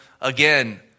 again